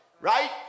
right